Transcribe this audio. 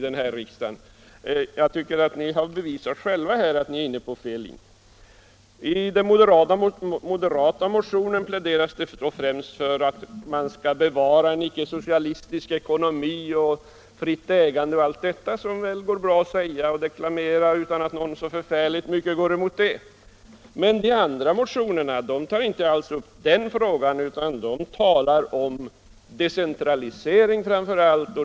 Jag tycker att ni själva har bevisat att ni är inne på fel linje. I den moderata motionen pläderas det främst för att man skall bevara en icke-socialistisk ekonomi, ett fritt ägande och allt detta som går bra att säga och deklamera utan att någon går emot det så förfärligt mycket. Men de andra motionerna tar inte alls upp den frågan utan de talar om decentralisering framför allt.